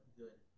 good